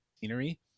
scenery